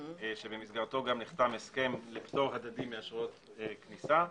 במסגרתו גם נחתם הסכם לפטור הדדי מאשרות כניסה,